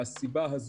אנחנו ראינו שהמפתחות